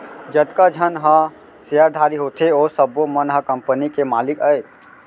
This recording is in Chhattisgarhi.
जतका झन ह सेयरधारी होथे ओ सब्बो मन ह कंपनी के मालिक अय